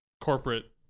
corporate